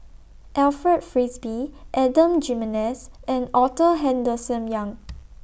Alfred Frisby Adan Jimenez and Arthur Henderson Young